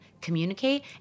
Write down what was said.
communicate